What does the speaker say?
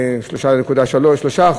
3.3%,